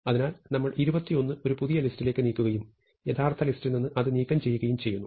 അതിനാൽ നമ്മൾ 21 ഒരു പുതിയ ലിസ്റ്റിലേക്ക് നീക്കുകയും യഥാർത്ഥ ലിസ്റ്റിൽ നിന്ന് അത് നീക്കം ചെയ്യുകയും ചെയ്യുന്നു